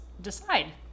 decide